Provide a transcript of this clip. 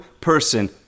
person